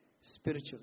spiritual